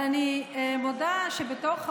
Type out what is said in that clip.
אני מודה שלא זכרתי שהצבעתי על החוק הזה,